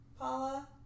Paula